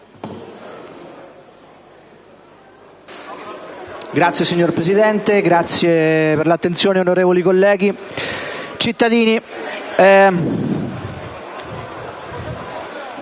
Grazie, signora Presidente, grazie per l'attenzione, onorevoli colleghi.